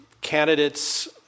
Candidates